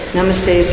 Namaste